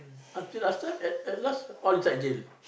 til last time at last all inside jail